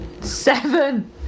Seven